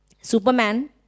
Superman